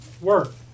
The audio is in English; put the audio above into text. work